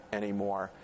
anymore